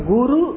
Guru